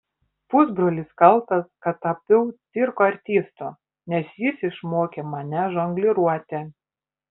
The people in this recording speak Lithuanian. pusbrolis kaltas kad tapau cirko artistu nes jis išmokė mane žongliruoti